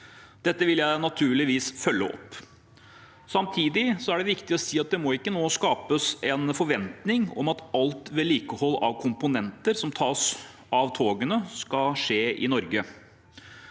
Dette vil jeg naturligvis følge opp. Samtidig er det viktig å si at det må ikke nå skapes en forventning om at alt vedlikehold av komponenter som tas ut av togene, skal skje i Norge.